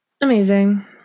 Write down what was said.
Amazing